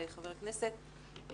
חבר הכנסת,